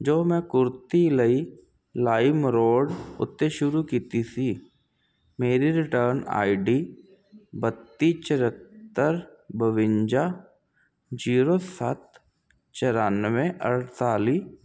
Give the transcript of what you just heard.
ਜੋ ਮੈਂ ਕੁੜਤੀ ਲਈ ਲਾਈਮਰੋਡ ਉੱਤੇ ਸ਼ੁਰੂ ਕੀਤੀ ਸੀ ਮੇਰੀ ਰਿਟਰਨ ਆਈ ਡੀ ਬੱਤੀ ਚੁਹੱਤਰ ਬਵੰਜਾ ਜੀਰੋ ਸੱਤ ਚੁਰਾਨਵੇਂ ਅਠਤਾਲੀ